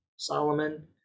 Solomon